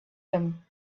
them